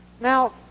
Now